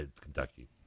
Kentucky